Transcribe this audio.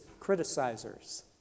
criticizers